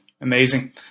Amazing